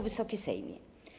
Wysoki Sejmie!